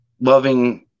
loving